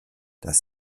dass